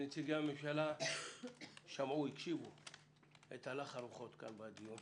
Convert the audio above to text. נציגי הממשלה הקשיבו את הלך הרוחות כאן בדיון.